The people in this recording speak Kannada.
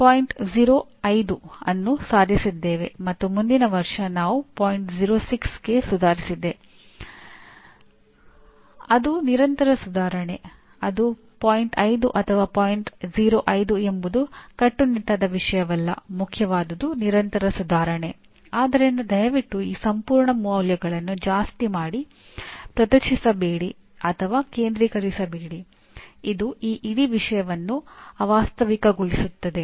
ಕಲಿಕೆಯ ಗುಣಮಟ್ಟವು ವಿದ್ಯಾರ್ಥಿಗಳು ಶಿಕ್ಷಕರು ವ್ಯವಸ್ಥೆ ತಂತ್ರಜ್ಞಾನ ಪಠ್ಯಕ್ರಮ ಮತ್ತು ಮೂಲಸೌಕರ್ಯದಿಂದ ನಿರ್ಧರಿಸಲ್ಪಟ್ಟ ಪ್ರಕ್ರಿಯೆಗಳ ಮೇಲೆ ಅವಲಂಬಿತವಾಗಿರುತ್ತದೆ